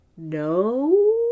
No